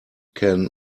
can